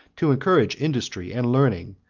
to encourage industry and learning,